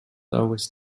always